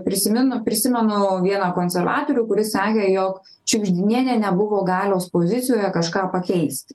prisiminu prisimenu vieną konservatorių kuris sakė jog šiugždinienė nebuvo galios pozicijoje kažką pakeisti